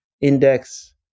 index